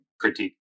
critique